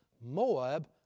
Moab